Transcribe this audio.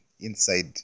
inside